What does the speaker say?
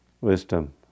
Wisdom